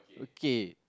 okay